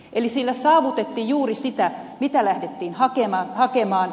eli sillä saavutettiin juuri sitä mitä lähdettiin hakemaan